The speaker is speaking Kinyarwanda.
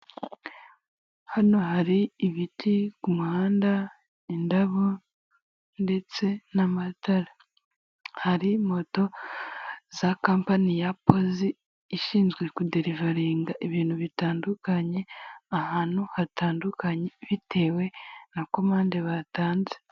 Ni imodoka ndende itwara abagenzi muri rusange iri gutambuka m'umuhanda, ifite ibara ry'ubururu hasi rikurikirana n'iry'umweru agahondo gake ndetse n'ibirahuri by'umukara iruhande rw'umuhanda hari gutambuka umuntu.